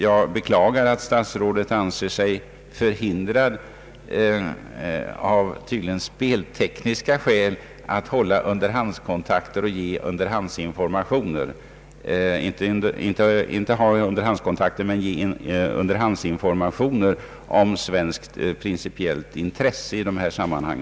Jag beklagar att statsrådet anser sig förhindrad av s.k. speltekniska skäl att ge underhandsinformationer om svenskt principiellt intresse i dessa sammanhang.